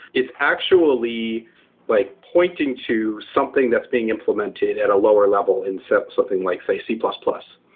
it's actually like pointing to something that's being implemented at a lower level in so something like say c plus plus.